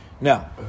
Now